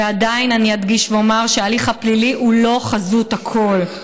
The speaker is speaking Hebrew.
ועדיין אני אדגיש ואומר שההליך הפלילי הוא לא חזות הכול.